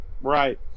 Right